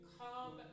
come